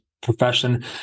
profession